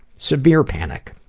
severe panic.